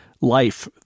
life